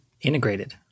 Integrated